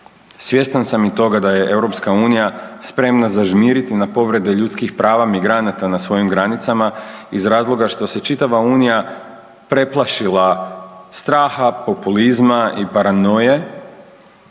Svjestan sam i toga da je EU spremna zažmiriti na povrede ljudskih prava migranata na svojim granicama iz razloga što se čitava unija preplašila straha, populizma i paranoje